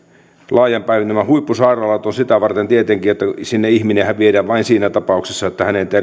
nämä huippusairaalat ovat sitä varten tietenkin että sinnehän ihminen viedään vain siinä tapauksessa että hänen